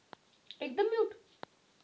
क्या आप मेरी पासबुक बुक एंट्री कर सकते हैं?